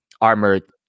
armored